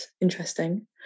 interesting